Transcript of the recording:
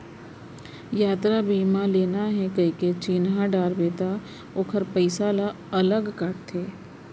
यातरा बीमा लेना हे कइके चिन्हा डारबे त ओकर पइसा ल अलगे काटथे